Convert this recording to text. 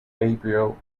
gabriel